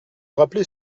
rappeler